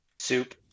soup